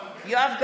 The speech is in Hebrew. יואב גלנט,